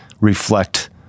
reflect